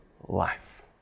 life